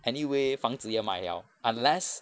anyway 房子要买 liao unless